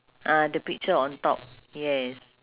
ah the picture on top yes